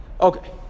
Okay